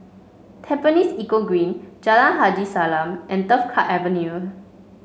Tampines Eco Green Jalan Haji Salam and Turf Club Avenue